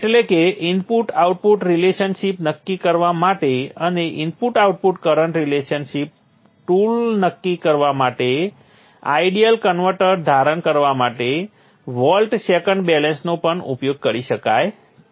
એટલે કે input output relationship નક્કી કરવા માટે અને input output current relationship tool નક્કી કરવા માટે આઇડીઅલ કન્વર્ટર ધારણ કરવા માટે વોલ્ટ સેકન્ડ બેલેન્સનો પણ ઉપયોગ કરી શકાય છે